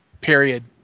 period